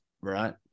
right